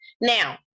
Now